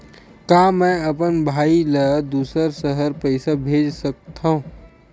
का मैं अपन भाई ल दुसर शहर पईसा भेज सकथव?